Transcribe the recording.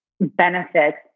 benefits